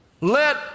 let